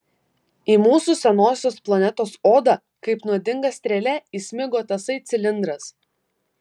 į mūsų senosios planetos odą kaip nuodinga strėlė įsmigo tasai cilindras